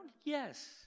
Yes